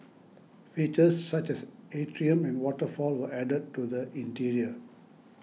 features such as atrium and waterfall were added to the interior